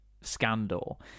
scandal